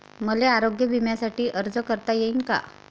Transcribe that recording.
मले आरोग्य बिम्यासाठी अर्ज करता येईन का?